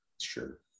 sure